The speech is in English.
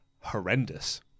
horrendous